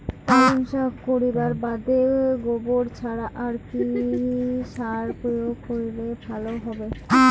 পালং শাক করিবার বাদে গোবর ছাড়া আর কি সার প্রয়োগ করিলে ভালো হবে?